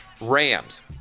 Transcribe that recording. Rams